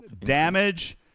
damage